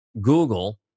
Google